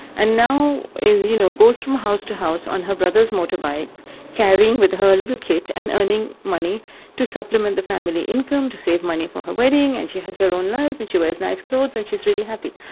and now you know goes from house to house on her brother's motor bike carrying with her a little kit and earning money to supplement the family income, to save money for her wedding. and she has her own life and she wears nice clothes and she's really happy.